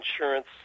insurance